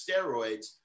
steroids